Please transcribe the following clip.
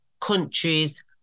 Countries